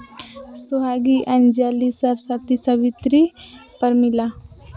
Sohagi Anjali Sati Savitri Pramila